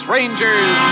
Rangers